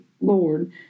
Lord